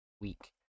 week